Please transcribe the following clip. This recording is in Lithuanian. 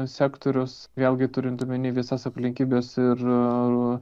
sektorius vėlgi turint omeny visas aplinkybes ir